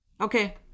Okay